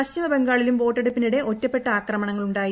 പശ്ചിമബംഗാളിലും വോട്ടെടുപ്പിനിടെ ഒറ്റപ്പെട്ട ആക്രമണങ്ങളു ായി